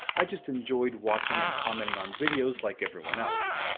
i just enjoyed watching and commenting on videos like everyone else.